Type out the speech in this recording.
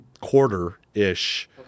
quarter-ish